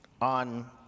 on